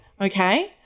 okay